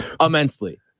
Immensely